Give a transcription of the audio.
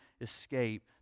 escape